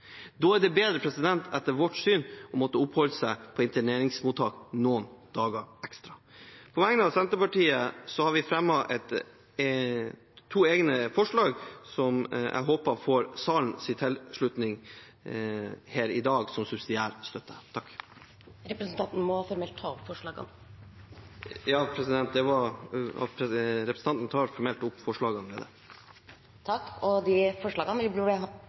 Da er det etter vårt syn bedre å måtte oppholde seg på interneringsmottak noen dager ekstra. Senterpartiet har fremmet to egne forslag som jeg håper å få salens tilslutning til her i dag som subsidiær støtte. Jeg tar herved opp forslagene fra Senterpartiet. Da har representanten Willfred Nordlund tatt opp de forslagene han refererte til. Flyktning- og